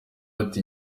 ati